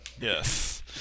Yes